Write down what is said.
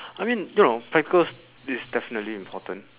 I mean you know practicals is definitely important